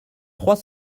trois